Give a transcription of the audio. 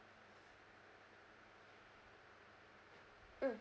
mm